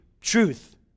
truth